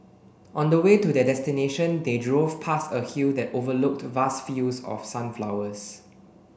on the way to their destination they drove past a hill that overlooked vast fields of sunflowers